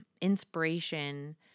inspiration